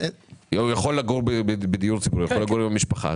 הוא הרי יכול לגור בדיור ציבורי או לגור עם המשפחה.